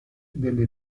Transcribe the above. delle